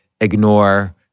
ignore